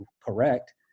correct